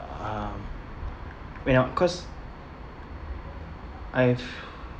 um when I cause I've